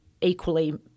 equally